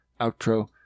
Outro